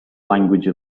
language